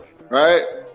right